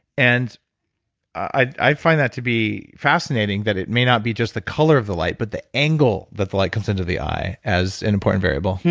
and i find that to be fascinating that it may not be just the color of the light, but the angle that the light comes into the eye as an important variable hm,